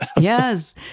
Yes